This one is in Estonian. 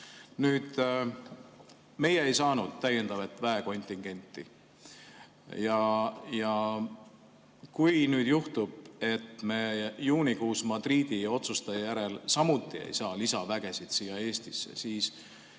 Meie ei saanud täiendavat väekontingenti. Kui juhtub, et me juunikuus Madridi otsuste järel samuti ei saa lisavägesid Eestisse, siis